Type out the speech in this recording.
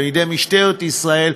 בידי משטרת ישראל,